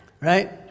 right